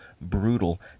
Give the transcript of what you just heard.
brutal